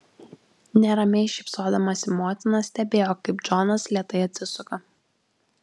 neramiai šypsodamasi motina stebėjo kaip džonas lėtai atsisuka